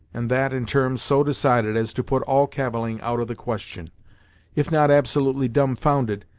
and that in terms so decided as to put all cavilling out of the question if not absolutely dumbfounded,